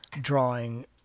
drawing